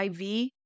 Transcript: IV